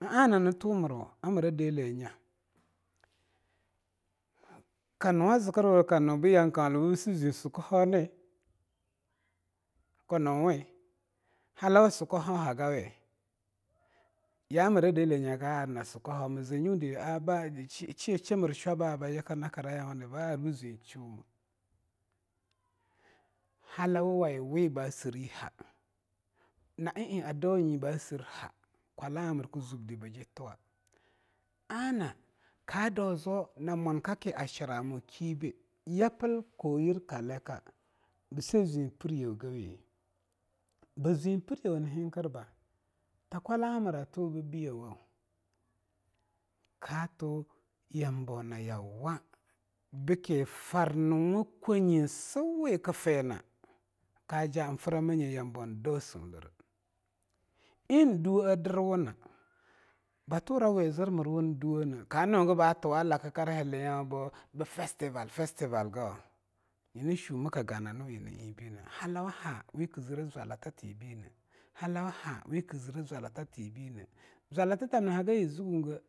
a ana ntumrou a mra deleh nya kanuwa zkrwura kano byan kaula bsis sukahonin, knuweing? halawa sukaho hagawi? ya mra deleh nya ka'arna sukahawa mz nyude she mirshwabo byiknyu ne ba'ar bzwingshumeih, halawaye wiba sriha, na'aeing adau ba sri ha, na'a eing adau ba sri ha kwala a mra kzubde ba ji tuwa ana ka dau zwo na mulkaki a shiramukibei yaplk kwau yir kalika bsei zung priyewei gawi? zueng pniyewei on hentherbba, ta kwala'amra ato bbyewo kato yambou na yauwa bkei farnuwa kuenye nsiuwikfeance kaja framanye yamboun dauseu lrei, eing duwe'ae dirwuna baturauwi zr mrwa duwa ned, ka nugba tuwa lakkar hileangya bfestival, festival gawa? nyina shoe mk ganawu eing na eing na'eingbei neh halawaha wikzre zwala tatebineh halawaha zikzre zwalatatebinah zwalatatamna hagiye zukuoge.